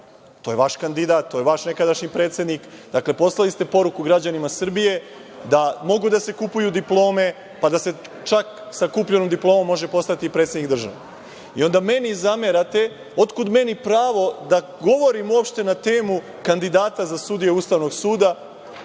To je vaš kandidat. To je vaš nekadašnji predsednik. Dakle, poslali ste poruku građanima Srbije da mogu da se kupuju diplome, pa da se čak sa kupljenom diplomom može postati predsednik države i onda meni zamerate, otkud meni pravo da govorim na temu kandidata za sudije Ustavnog suda,